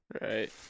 Right